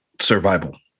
survival